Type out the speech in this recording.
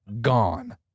Gone